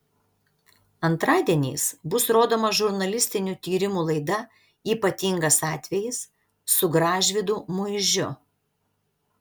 antradieniais bus rodoma žurnalistinių tyrimų laida ypatingas atvejis su gražvydu muižiu